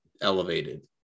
elevated